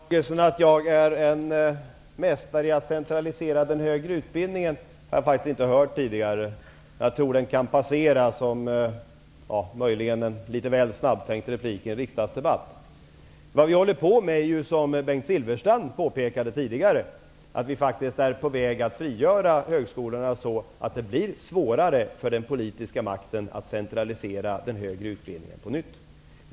Fru talman! Anklagelsen att jag är en mästare i att centralisera den högre utbildningen har jag faktiskt inte hört tidigare. Jag tror att den kan passera som en litet väl snabb replik i en riksdagsdebatt. Vi är ju faktiskt, vilket Bengt Silfverstrand påpekade tidigare, på väg att frigöra högskolorna så att det blir svårare för den politiska makten att centralisera den högre utbildningen på nytt.